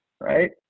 right